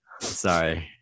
Sorry